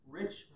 rich